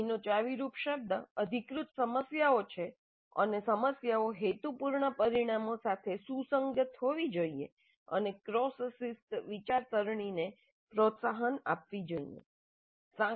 અહીંનો ચાવીરૂપ શબ્દ 'અધિકૃત સમસ્યાઓ' છે અને સમસ્યાઓ હેતુપૂર્ણ પરિણામો સાથે સુસંગત હોવી જોઈએ અને ક્રોસ શિસ્ત વિચારસરણીને પ્રોત્સાહન આપવી જોઈએ